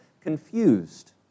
confused